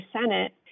Senate